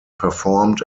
performed